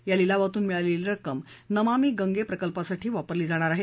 या लिलावातून मिळालेली रक्कम नमामी गाँप्रकल्पासाठी वापरली जाणार आहे